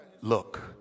look